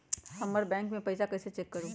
हमर बैंक में पईसा कईसे चेक करु?